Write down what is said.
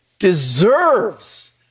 Deserves